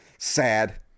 sad